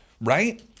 right